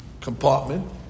compartment